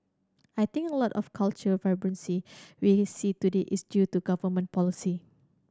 I think a lot of the cultural vibrancy we see today is due to government policy